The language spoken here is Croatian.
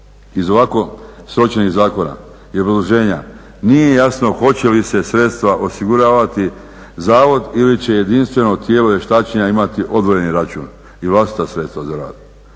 Iz ovako sročenih zakona i obrazloženja nije jasno hoće li sredstva osiguravati zavod ili će jedinstveno tijelo vještačenja imati odvojeni račun i vlastita sredstva za rad